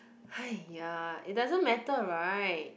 !aiya! it doesn't matter right